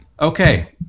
okay